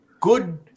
good